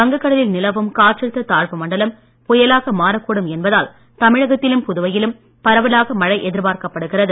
வங்கக்கடலில் நிலவும் காற்றழுத்த தாழ்வு மண்டலம் புயலாக மாறக் கூடும் என்பதால் தமிழகத்திலும் புதுவையிலும் பரவலாக மழை எதிர்பார்க்கப்படுகிறது